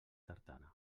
tartana